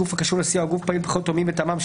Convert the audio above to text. גוף הקשור לסיעה או גוף פעיל בבחירות או מי מטעמם.